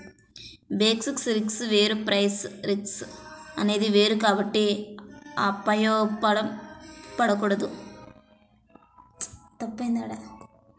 basis risk వేరు price risk అనేది వేరు కాబట్టి అయోమయం పడకూడదు